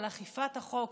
על אכיפת החוק,